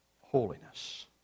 holiness